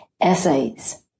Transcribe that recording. essays